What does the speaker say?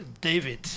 David